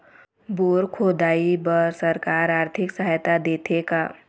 Bore खोदाई बर सरकार आरथिक सहायता देथे का?